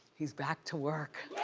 he's back to work.